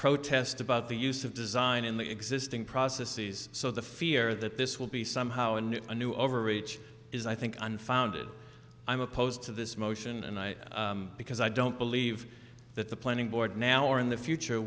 protest about the use of design in the existing processes so the fear that this will be somehow a new a new overreach is i think unfounded i'm opposed to this motion and i because i don't believe that the planning board now or in the future